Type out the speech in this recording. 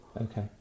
Okay